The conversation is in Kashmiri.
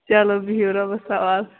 چلو بِہِو رۄبَس حَوال